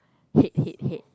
hate hate hate